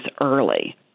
early